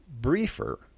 Briefer